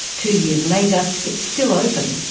two years later, it's still open,